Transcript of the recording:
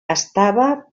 estava